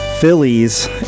Phillies